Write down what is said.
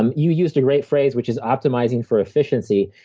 um you used a great phrase, which is optimizing for efficiency.